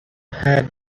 had